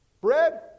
Bread